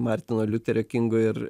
martino liuterio kingo ir